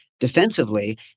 Defensively